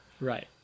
right